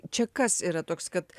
čia kas yra toks kad